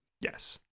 Yes